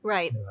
Right